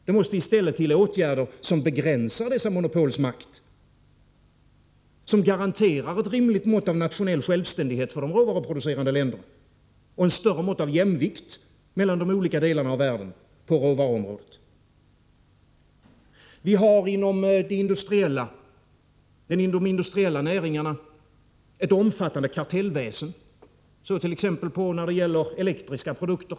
Det måste i stället till åtgärder som begränsar dessa monopols makt, som garanterar ett rimligt mått av nationell självständighet för de råvaruproducerande länderna och ett större mått av jämvikt på råvaruområdet mellan de olika delarna av världen. Vi har inom de industriella näringarna ett omfattande kartellväsen, t.ex. när det gäller elektriska produkter.